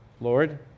Lord